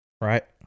Right